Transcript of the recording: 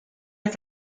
est